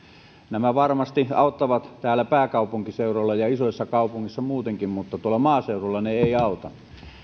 nämä varmasti auttavat täällä pääkaupunkiseudulla ja isoissa kaupungeissa muutenkin mutta tuolla maaseudulla ne eivät auta